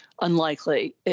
unlikely